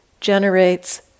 generates